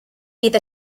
bydd